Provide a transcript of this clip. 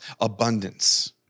abundance